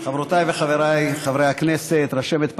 חברותיי וחבריי חברי הכנסת, רשמת פרלמנטרית,